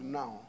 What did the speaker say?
now